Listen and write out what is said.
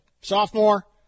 Sophomore